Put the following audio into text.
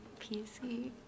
PC